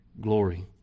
glory